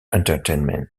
entertainment